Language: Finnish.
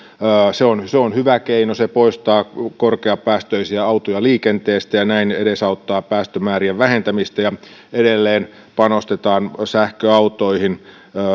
se on se on hyvä keino se poistaa korkeapäästöisiä autoja liikenteestä ja näin edesauttaa päästömäärien vähentämistä edelleen panostetaan sähköautoihin